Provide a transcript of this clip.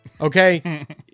Okay